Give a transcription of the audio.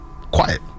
Quiet